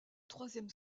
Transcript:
troisième